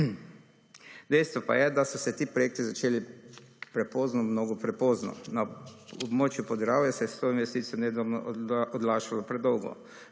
Dejstvo pa je, da so se ti projekti začeli prepozno, mnogo prepozno. Na območju Podravja se je s to investicijo nedvomno odlašalo predolgo,